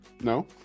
no